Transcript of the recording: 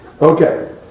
Okay